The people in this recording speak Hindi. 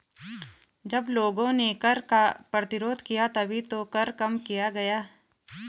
जब लोगों ने कर का प्रतिरोध किया तभी तो कर कम किया गया